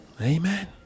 Amen